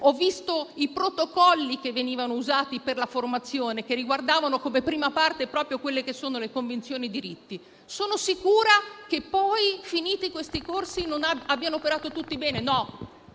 ho visto i protocolli che venivano usati per la formazione, che riguardavano, nella prima parte, proprio le convenzioni e i diritti. Sono sicura che poi, finiti questi corsi, abbiano operato tutti bene? No,